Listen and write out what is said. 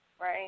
right